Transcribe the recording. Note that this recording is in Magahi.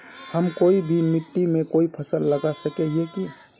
हम कोई भी मिट्टी में कोई फसल लगा सके हिये की?